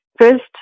first